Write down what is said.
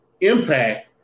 Impact